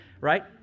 right